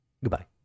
Goodbye